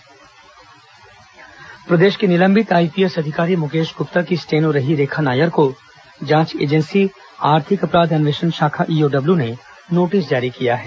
रेखा Nair notice प्रदेश के निलंबित आईपीएस अधिकारी मुकेश गुप्ता की स्टेनो रही रेखा नायर को जांच एजेंसी आर्थिक अपराध अन्वेषण शाखा ईओडब्ल्यू ने नोटिस जारी किया है